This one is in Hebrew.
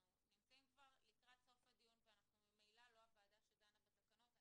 אנחנו נמצאים כבר לקראת סוף הדיון ואנחנו ממילא לא הוועדה שדנה בתקנות.